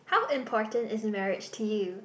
how important is marriage to you